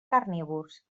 carnívors